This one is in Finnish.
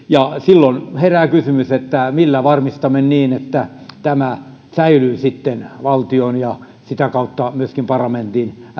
ja joihinkin muihin silloin herää kysymys millä varmistamme että tämä säilyy valtion ja sitä kautta myöskin parlamentin